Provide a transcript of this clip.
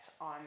on